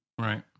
right